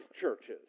churches